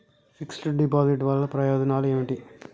Fix డ్ deposit వల్ల ప్రయోజనాలు ఏమిటి?